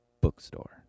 bookstore